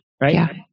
Right